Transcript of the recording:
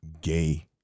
gay